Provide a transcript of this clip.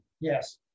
yes